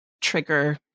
trigger